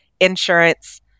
insurance